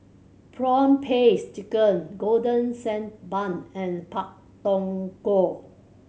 prawn paste chicken Golden Sand Bun and Pak Thong Ko